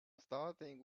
starting